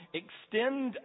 extend